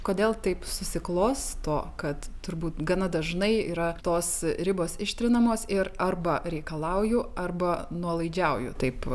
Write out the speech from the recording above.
kodėl taip susiklosto kad turbūt gana dažnai yra tos ribos ištrinamos ir arba reikalauju arba nuolaidžiauju taip